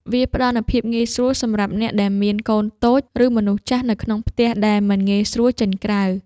វាផ្ដល់នូវភាពងាយស្រួលសម្រាប់អ្នកដែលមានកូនតូច ឬមនុស្សចាស់នៅក្នុងផ្ទះ ដែលមិនងាយស្រួលចេញក្រៅ។